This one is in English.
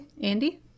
andy